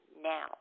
now